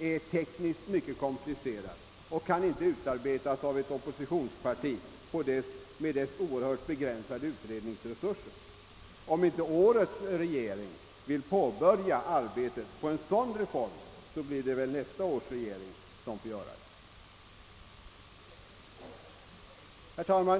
är tekniskt mycket komplicerad och kan inte utarbetas av ett oppositionsparti med dess oerhört begränsade utredningsresurser. Om inte årets regering vill påbörja arbetet på en sådan reform får väl nästa års regering göra det. Herr talman!